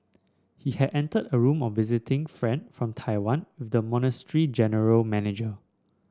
he had entered a room of a visiting friend from Taiwan with the monastery general manager